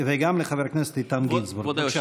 וגם לחבר הכנסת איתן גינזבורג.